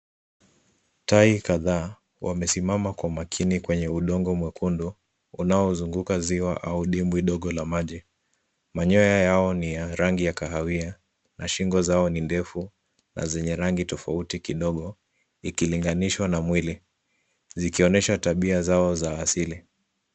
Tai kadhaa wamesimama kwa makini kwenye udongo mwekundu unaozunguka ziwa au dimbwi ndogo la maji. Manyoya yao ni ya rangi ya kahawia na shingo zao ni ndefu na zenye rangi tofauti kidogo ikilinganishwa na mwili zikionyesha tabia zao za asili.